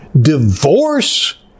Divorce